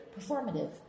performative